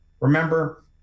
remember